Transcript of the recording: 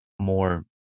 more